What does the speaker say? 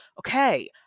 okay